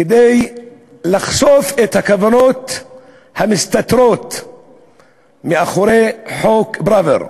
כדי לחשוף את הכוונות המסתתרות מאחורי חוק פראוור.